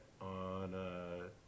on